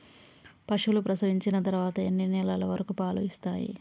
పశువులు ప్రసవించిన తర్వాత ఎన్ని నెలల వరకు పాలు ఇస్తాయి?